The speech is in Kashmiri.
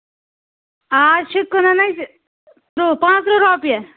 آز چھِ کٕنان أسۍ تٕرٛہ پانٛژھ تٕرٛہ رۄپیہِ